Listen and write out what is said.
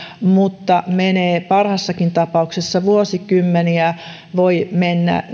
mutta menee parhaassakin tapauksessa vuosikymmeniä voi mennä